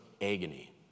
agony